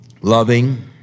Loving